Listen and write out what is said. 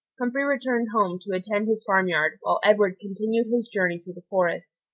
humphrey returned home to attend his farmyard, while edward continued his journey through the forest.